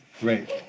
Great